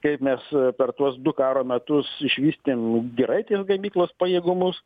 kaip mes per tuos du karo metus išvystėm giraitės gamyklos pajėgumus